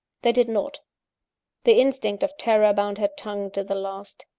they did not the instinct of terror bound her tongue to the last.